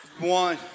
One